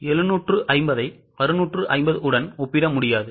750 ஐ 650 உடன் ஒப்பிட முடியாது